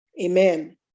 amen